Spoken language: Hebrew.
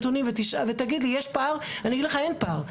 אנחנו הפער.